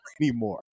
anymore